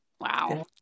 Wow